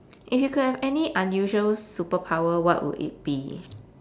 if you could have any unusual superpower what would it be